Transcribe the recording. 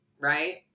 right